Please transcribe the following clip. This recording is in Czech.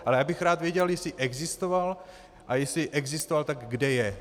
Ale já bych rád věděl, jestli existoval, a jestli existoval, tak kde je.